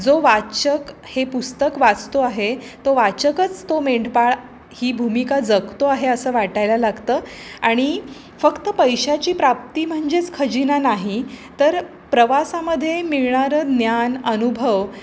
जो वाचक हे पुस्तक वाचतो आहे तो वाचकच तो मेंढपाळ ही भूमिका जगतो आहे असं वाटायला लागतं आणि फक्त पैशाची प्राप्ती म्हणजेच खजिना नाही तर प्रवासामध्ये मिळणारं ज्ञान अनुभव